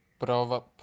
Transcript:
Prova